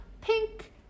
pink